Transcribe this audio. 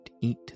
eat